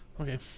Okay